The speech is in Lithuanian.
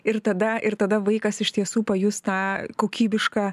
ir tada ir tada vaikas iš tiesų pajus tą kokybišką